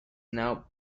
now